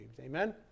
Amen